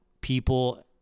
people